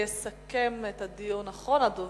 יסכם את הדיון אחרון הדוברים,